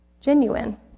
genuine